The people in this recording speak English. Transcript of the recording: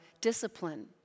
discipline